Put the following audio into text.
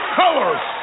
colors